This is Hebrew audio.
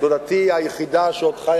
דודתי היחידה שעוד חיה,